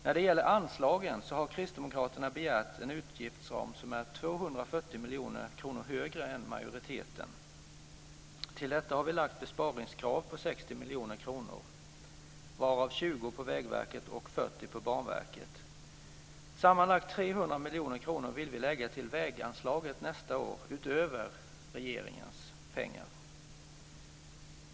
När det gäller anslagen har Kristdemokraterna begärt en utgiftsram som är 240 miljoner kronor högre än majoriteten. Till detta har vi lagt besparingskrav på 60 miljoner kronor, varav 20 miljoner på Vägverket och 40 miljoner på Banverket. Sammanlagt 300 miljoner kronor vill vi lägga till väganslaget nästa år utöver regeringens pengar.